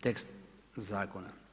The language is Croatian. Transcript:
tekst zakona.